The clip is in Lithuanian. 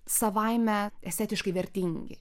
savaime estetiškai vertingi